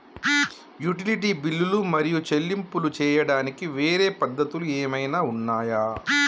Utility బిల్లులు మరియు చెల్లింపులు చేయడానికి వేరే పద్ధతులు ఏమైనా ఉన్నాయా?